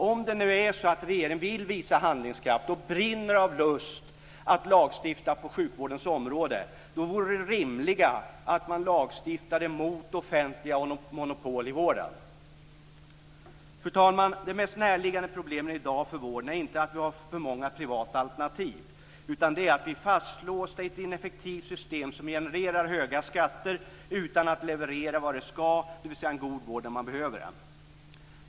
Om nu regeringen vill visa handlingskraft och brinner av lust att lagstifta på sjukvårdens område vore det rimligt att man lagstiftade mot offentliga monopol i vården. Fru talman! Det mest närliggande problemet i dag för vården handlar inte om att vi har för många privata alternativ, utan det handlar om att vi är fastlåsta i ett ineffektivt system som genererar höga skatter utan att leverera det som det ska leverera, dvs. en god vård när man behöver den.